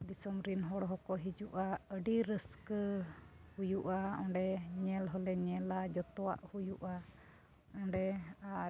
ᱫᱤᱥᱚᱢ ᱨᱮᱱ ᱦᱚᱲ ᱦᱚᱸᱠᱚ ᱦᱤᱡᱩᱜᱼᱟ ᱟᱹᱰᱤ ᱨᱟᱹᱥᱠᱟᱹ ᱦᱩᱭᱩᱜᱼᱟ ᱚᱸᱰᱮ ᱧᱮᱞ ᱦᱚᱸᱞᱮ ᱧᱮᱞᱟ ᱡᱚᱛᱚᱣᱟᱜ ᱦᱩᱭᱩᱜᱼᱟ ᱚᱱᱰᱮ ᱟᱨ